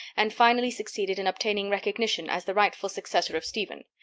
and finally succeeded in obtaining recognition as the rightful successor of stephen.